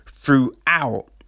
Throughout